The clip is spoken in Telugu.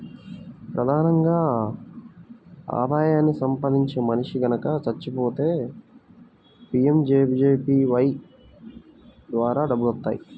ప్రధానంగా ఆదాయాన్ని సంపాదించే మనిషి గనక చచ్చిపోతే పీయంజేజేబీవై ద్వారా డబ్బులొత్తాయి